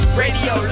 radio